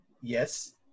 Yes